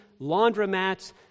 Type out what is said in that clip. laundromats